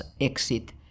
exit